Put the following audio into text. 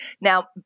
Now